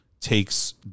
takes